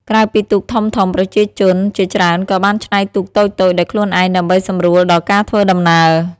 ក្រៅពីទូកធំៗ ប្រជាជនជាច្រើនក៏បានច្នៃទូកតូចៗដោយខ្លួនឯងដើម្បីសម្រួលដល់ការធ្វើដំណើរ។